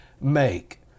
make